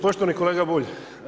Poštovani kolega Bulj.